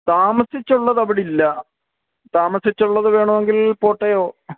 താമസിച്ചുള്ളത് അവിടെ ഇല്ല താമസിച്ചുള്ളത് വേണമെങ്കിൽ പോട്ടയോ